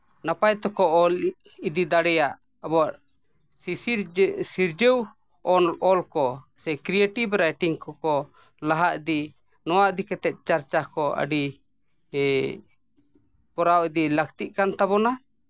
ᱱᱟᱯᱟᱭ ᱛᱮᱠᱚ ᱚᱞ ᱤᱫᱤ ᱫᱟᱲᱮᱭᱟᱜ ᱟᱵᱚᱣᱟᱜ ᱥᱤᱥᱤᱨᱡᱟᱹᱣ ᱥᱤᱨᱡᱟᱹᱣ ᱚᱱ ᱚᱞ ᱠᱚ ᱥᱮ ᱠᱨᱤᱭᱮᱴᱤᱵᱷ ᱨᱟᱭᱴᱤᱝ ᱠᱚ ᱞᱟᱦᱟ ᱤᱫᱤ ᱱᱚᱣᱟ ᱤᱫᱤ ᱠᱟᱛᱮᱫ ᱪᱟᱨᱪᱟᱣ ᱠᱚ ᱟᱹᱰᱤ ᱜᱮ ᱠᱚᱨᱟᱣ ᱤᱫᱤ ᱞᱟᱹᱠᱛᱤᱜ ᱠᱟᱱ ᱛᱟᱵᱚᱱᱟ